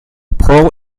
pearl